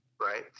right